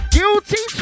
Guilty